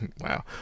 Wow